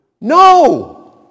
No